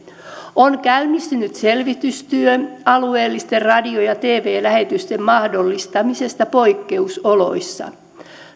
on käynnistynyt selvitystyö alueellisten radio ja tv lähetysten mahdollistamisesta poikkeusoloissa